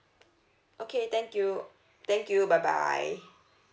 okay thank you thank you bye bye